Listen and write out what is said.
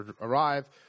arrive